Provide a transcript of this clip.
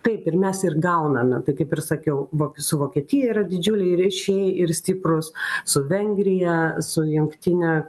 taip ir mes ir gauname tai kaip ir sakiau voki su vokietija yra didžiuliai ryšiai ir stiprūs su vengrija su jungtine